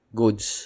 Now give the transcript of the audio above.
goods